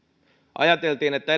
ajateltiin että